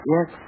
Yes